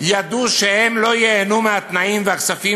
ידעו שהם לא ייהנו מהתנאים ומהכספים